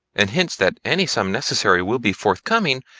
and hints that any sum necessary will be forthcoming,